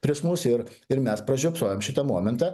prieš mus ir ir mes pražiopsojom šitą momentą